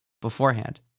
beforehand